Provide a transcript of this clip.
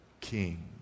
king